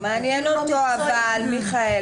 אבל לא מעניין אותו, מיכאל.